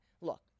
Look